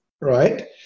right